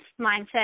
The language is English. mindset